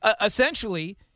essentially